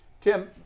Tim